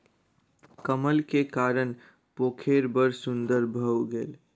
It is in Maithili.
कमल के कारण पोखैर बड़ सुन्दर भअ गेल